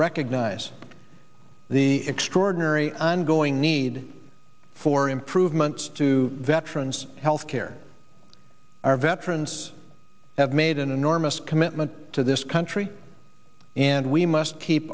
recognize the extraordinary ongoing need for improvements to veterans health care our veterans have made an enormous commitment to this country and we must keep